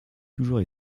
toujours